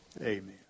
amen